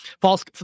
False